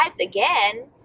again